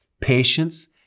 patience